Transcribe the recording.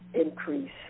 increase